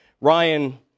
Ryan